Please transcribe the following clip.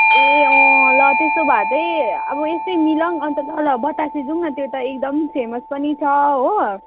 ए अँ ल त्यसो भए चाहिँ अब यस्तै मिलाऔँ अन्त ल ल बतासे जाऔँ त्यो त एकदम फेमस पनि छ हो